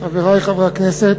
חברי חברי הכנסת,